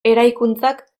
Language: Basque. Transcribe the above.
eraikuntzak